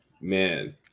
man